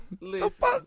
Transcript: Listen